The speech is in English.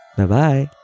Bye-bye